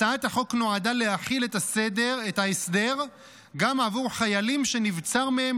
הצעת החוק נועדה להחיל את ההסדר גם עבור חיילים שנבצר מהם